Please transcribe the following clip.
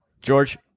George